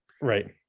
Right